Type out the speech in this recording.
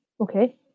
Okay